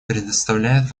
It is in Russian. предоставляет